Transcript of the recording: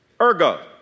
Ergo